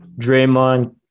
Draymond